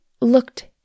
looked